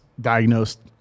diagnosed